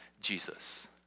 Jesus